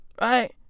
Right